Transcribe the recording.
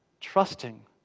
trusting